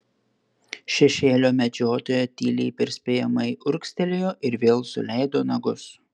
šešėlio medžiotoja tyliai perspėjamai urgztelėjo ir vėl suleido nagus